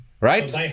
right